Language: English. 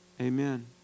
Amen